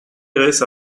vayres